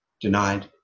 denied